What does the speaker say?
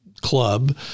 club